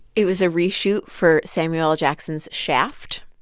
it was a re-shoot for samuel jackson's shaft.